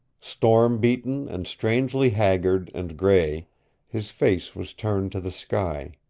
storm-beaten and strangely haggard and gray his face was turned to the sky.